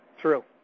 True